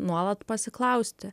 nuolat pasiklausti